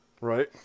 Right